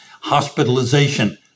hospitalization